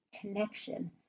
connection